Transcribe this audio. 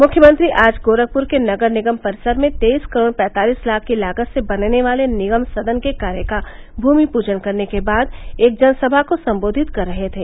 मुख्यमंत्री आज गोरखपुर के नगर निगम परिसर में तेइस करोड़ पैंतालिस लाख की लागत से बनने वाले निगम सदन के कार्य का भूमि पूजन करने के बाद एक जनसभा को सम्बोधित कर रहे थे